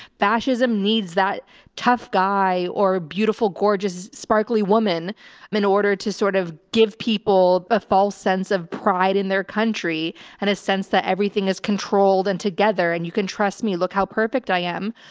fascism needs that tough guy or beautiful, gorgeous, sparkly woman. um in order to sort of give people a false sense of pride in their country and a sense that everything is controlled and together and you can trust me, look how perfect i am.